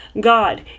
God